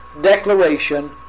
declaration